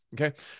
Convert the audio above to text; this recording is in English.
Okay